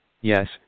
Yes